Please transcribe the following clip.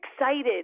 excited